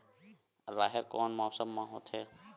राहेर कोन मौसम मा होथे?